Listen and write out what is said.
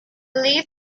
leave